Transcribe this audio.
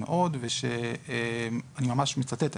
ואני ממש מצטט,